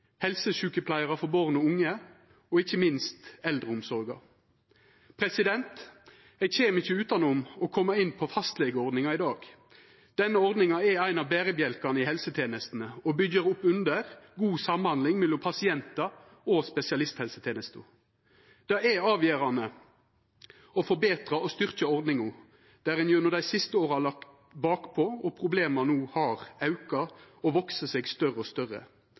helsesjukepleiarar for barn og unge, og ikkje minst eldreomsorga. Eg kjem ikkje utanom å koma inn på fastlegeordninga i dag. Denne ordninga er ein av berebjelkane i helsetenestene og byggjer opp under god samhandling mellom pasientane og spesialisthelsetenesta. Det er avgjerande å forbetra og styrkja ordninga, der ein gjennom dei siste åra har lege bakpå og problema berre har auka og vakse seg større og større.